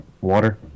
Water